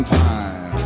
time